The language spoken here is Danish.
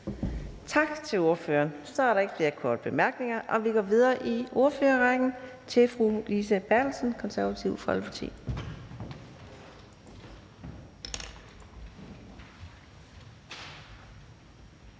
Tak til ordføreren. Der er ikke flere korte bemærkninger, så vi går videre i ordførerrækken til hr. Alex Ahrendtsen fra Dansk Folkeparti.